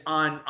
on